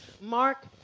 Mark